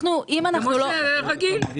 כמו שרגיל.